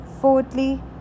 fourthly